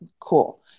Cool